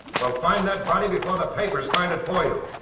well find that body before the papers find it for you.